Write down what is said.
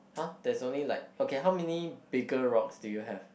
!huh! there's only like okay how many bigger rocks do you have